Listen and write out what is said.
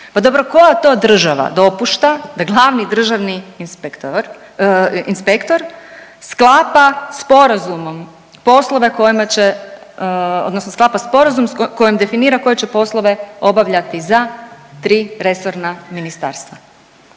Pa dobro koja to država dopušta da glavni državni inspektor, inspektor sklapa sporazumom poslove kojima će odnosno sklapa sporazum kojim definira koje će poslove obavljati za 3 resorna ministarstva.